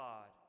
God